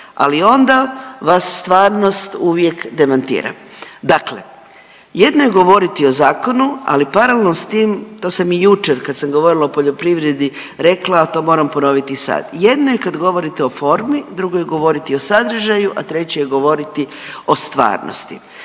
ali onda vas stvarnost uvijek demantira. Dakle, jedno je govoriti o zakonu, ali paralelno s tim to sam i jučer kad sam govorila o poljoprivredi rekla, a to moram ponoviti i sad, jedno je kad govorite o formi, drugo je govoriti o sadržaju, a treće je govoriti o stvarnosti.